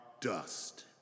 dust